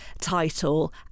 title